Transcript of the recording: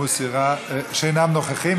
שאינם נוכחים,